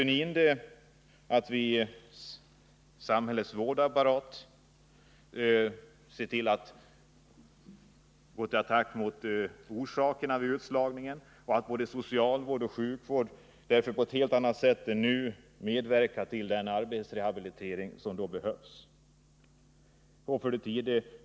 En stor del av samhällets vårdapparat går till attack mot orsakerna till utslagningen. Både socialvård och sjukvård måste därför på ett helt annat sätt än nu medverka till den arbetsrehabilitering som behövs. 10.